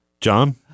John